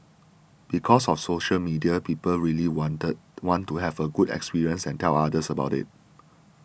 because of social media people really wanted want to have a good experience and tell others about it